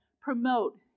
promote